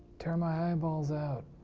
tear my eyeballs out.